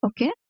Okay